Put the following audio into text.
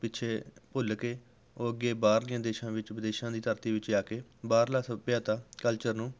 ਪਿੱਛੇ ਭੁੱਲ ਕੇ ਓਹ ਅੱਗੇ ਬਾਹਰਲਿਆਂ ਦੇਸ਼ਾਂ ਵਿੱਚ ਵਿਦੇਸ਼ਾਂ ਦੀ ਧਰਤੀ ਵਿੱਚ ਜਾ ਕੇ ਬਾਹਰਲਾ ਸੱਭਿਅਤਾ ਕਲਚਰ ਨੂੰ